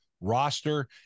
roster